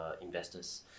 investors